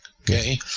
okay